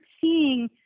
seeing